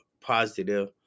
positive